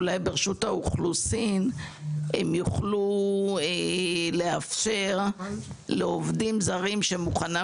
אולי ברשות האוכלוסין יוכלו לאפשר לעובדים זרים שמוכנים